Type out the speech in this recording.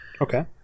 Okay